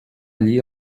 allí